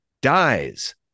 dies